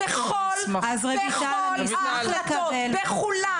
בכל ההחלטות בכולן.